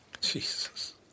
Jesus